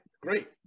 great